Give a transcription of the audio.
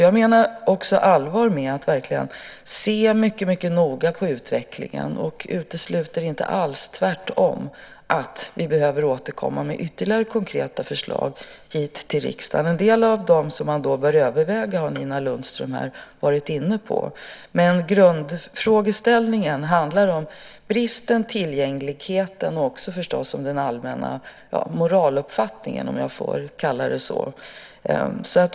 Jag tänker verkligen på allvar och mycket noga se på utvecklingen och utesluter inte alls, tvärtom, att vi behöver återkomma med ytterligare konkreta förslag till riksdagen. En del av de förslag som vi då bör överväga har Nina Lundström varit inne på. Grundfrågeställningen handlar om bristen, tillgängligheten och förstås den allmänna moraluppfattningen, om jag får kalla den så.